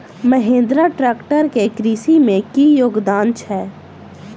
Mahindra tractor केँ कृषि मे की योगदान छै?